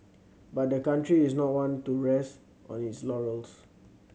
but the country is not one to rest on its laurels